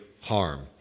harm